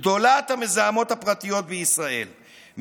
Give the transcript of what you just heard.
גדולת המזהמות הפרטיות בישראל,